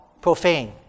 profane